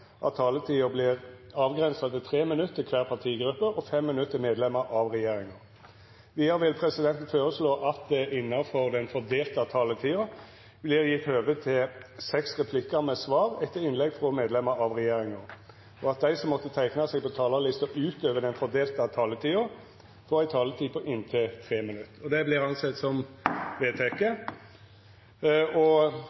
at taletida vert avgrensa til 3 minutt til kvar partigruppe og 5 minutt til medlemer av regjeringa. Vidare vil presidenten føreslå at det – innanfor den fordelte taletida – vert gjeve høve til seks replikkar med svar etter innlegg frå medlemer av regjeringa, og at dei som måtte teikna seg på talarlista utover den fordelte taletida, får ei taletid på inntil 3 minutt. – Det er vedteke. La meg først takke komiteen for både tålmodig arbeid og